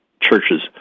churches